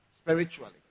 spiritually